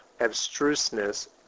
abstruseness